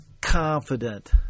confident